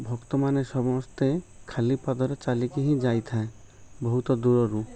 ଭକ୍ତମାନେ ସମସ୍ତେ ଖାଲି ପାଦରେ ଚାଲିକି ହିଁ ଯାଇଥାଏ ବହୁତ ଦୂରରୁ